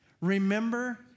Remember